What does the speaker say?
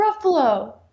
Ruffalo